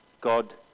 God